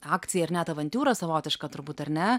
akciją ir net avantiūrą savotišką turbūt ar ne